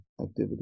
activity